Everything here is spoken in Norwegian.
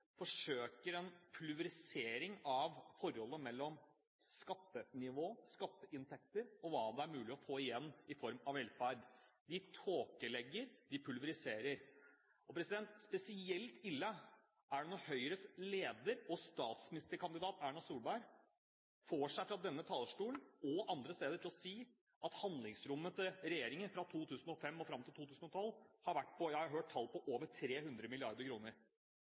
forholdet mellom skattenivå, skatteinntekter og hva det er mulig å få igjen i form av velferd. De tåkelegger, og de pulveriserer. Spesielt ille er det når Høyres leder og statsministerkandidat, Erna Solberg, får seg, fra denne talerstolen og andre steder, til å si at handlingsrommet til regjeringen fra 2005 og fram til 2012 har vært – som jeg har hørt – på over 300